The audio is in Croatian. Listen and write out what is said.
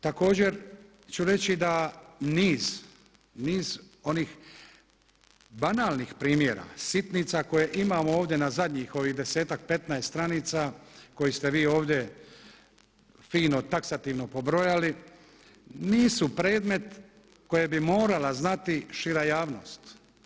Također ću reći da niz onih banalnih primjera, sitnica koje imamo ovdje na zadnjih ovih desetak, petnaest stranica koje ste vi ovdje fino taksativno pobrojali, nisu predmet koje bi morala znati šira javnost.